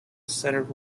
centred